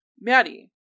Maddie